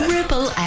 Ripple